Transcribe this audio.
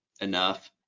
enough